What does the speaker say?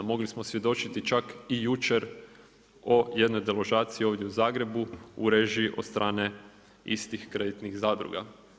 Mogli smo svjedočiti čak i jučer o jednoj deložaciji ovdje u Zagrebu u režiji od strane istih kreditnih zadruga.